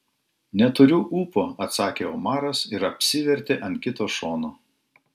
neturiu ūpo atsakė omaras ir apsivertė ant kito šono